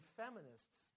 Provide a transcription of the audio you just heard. feminists